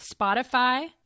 Spotify